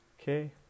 Okay